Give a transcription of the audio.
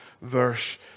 verse